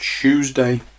Tuesday